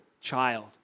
child